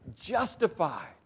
Justified